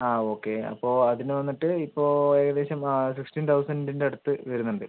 ആ ഓക്കെ അപ്പോൾ അതിന് വന്നിട്ട് ഇപ്പോൾ ഏകദേശം ആ ഫിഫ്റ്റീൻ തൗസൻഡിൻ്റ അടുത്ത് വരുന്നുണ്ട്